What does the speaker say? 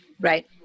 Right